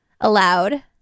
allowed